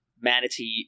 manatee